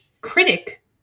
critic